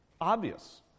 obvious